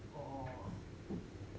orh